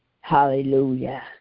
Hallelujah